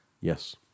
Yes